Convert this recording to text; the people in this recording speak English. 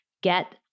Get